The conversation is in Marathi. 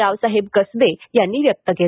रावसाहेब कसबे यांनी व्यक्त केलं